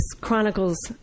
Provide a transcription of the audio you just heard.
Chronicles